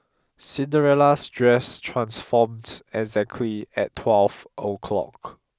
Cinderella's dress transformed exactly at twelve o'clock